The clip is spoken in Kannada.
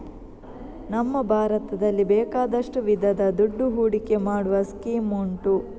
ನಮ್ಮ ಭಾರತದಲ್ಲಿ ಬೇಕಾದಷ್ಟು ವಿಧದ ದುಡ್ಡು ಹೂಡಿಕೆ ಮಾಡುವ ಸ್ಕೀಮ್ ಉಂಟು